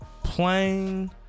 Plain